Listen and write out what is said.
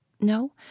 No